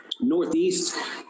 northeast